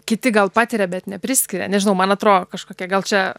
kiti gal patiria bet nepriskiria nežinau man atrodo kažkokia gal čia